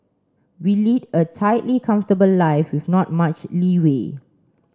we lead a tightly comfortable life with not much leeway